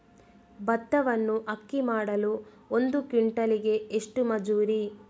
ಭತ್ತವನ್ನು ಅಕ್ಕಿ ಮಾಡಲು ಒಂದು ಕ್ವಿಂಟಾಲಿಗೆ ಎಷ್ಟು ಮಜೂರಿ?